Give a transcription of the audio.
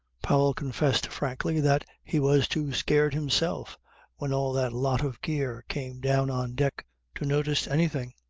powell confessed frankly that he was too scared himself when all that lot of gear came down on deck to notice anything.